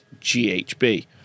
GHB